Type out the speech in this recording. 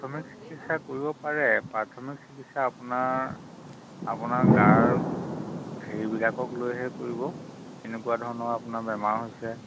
প্ৰাথমিক চিকিৎসা কৰিব পাৰে প্ৰাথমিক চিকিৎসা আপোনাৰ আপোনাৰ গাৰ হেৰিবিলাকক লৈহে কৰিব কেনেকুৱা ধৰণৰ আপোনাৰ বেমাৰ হৈছে